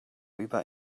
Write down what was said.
über